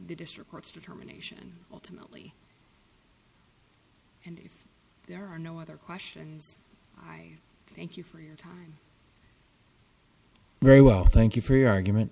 the district court's determination ultimately and if there are no other questions i thank you for your time thank you for your argument